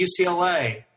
UCLA